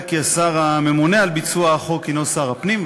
כי השר הממונה על ביצוע החוק הנו שר הפנים,